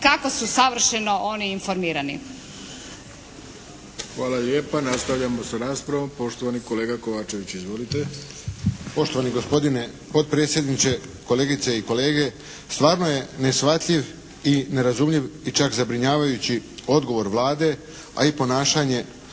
kako su savršeno oni informirani.